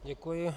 Děkuji.